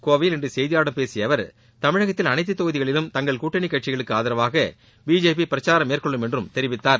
கோவையில் இன்று செய்தியாளர்களிடம் பேசிய அவர் தமிழகத்தில் அனைத்து தொகுதிகளிலும் தங்கள் கூட்டணிக் கட்சிகளுக்கு ஆதரவாக பிஜேபி பிரச்சாரம் மேற்கொள்ளும் என்றும் தெரிவித்தார்